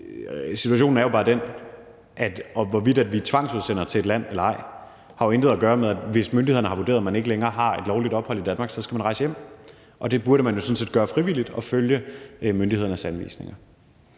Situationen er jo bare den, at hvorvidt vi tvangsudsender til et land eller ej, jo intet har at gøre med det. Hvis myndighederne har vurderet, at man ikke længere har et lovligt ophold i Danmark, skal man rejse hjem. Man burde jo sådan set gøre det frivilligt og følge myndighedernes anvisninger.